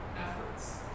efforts